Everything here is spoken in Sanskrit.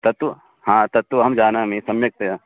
तत्तु हा तत्तु अहं जानामि सम्यक्तया